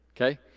okay